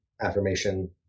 affirmation